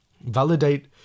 Validate